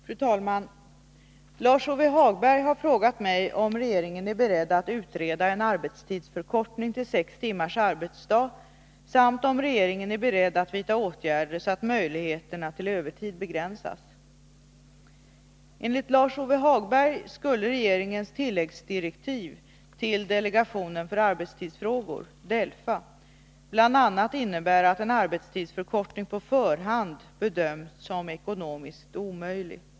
Fru talman! Lars-Ove Hagberg har frågat mig om regeringen är beredd att utreda en arbetstidsförkortning till sex timmars arbetsdag samt om regeringen är beredd att vidta åtgärder så att möjligheterna till övertid begränsas. Enligt Lars-Ove Hagberg skulle regeringens tilläggsdirektiv till delegationen för arbetstidsfrågor bl.a. innebära att en arbetstidsförkortning på förhand bedöms som ekonomiskt omöjlig.